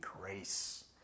grace